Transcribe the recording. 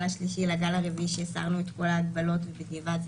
השלישי לגל הרביעי שהסרנו את כל ההגבלות ובדיעבד זו